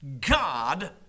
God